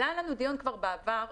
עלה לדיון כבר בעבר,